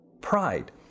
Pride